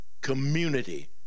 community